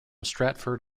stratford